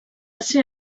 ser